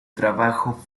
trabajo